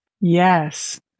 Yes